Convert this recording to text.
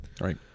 Right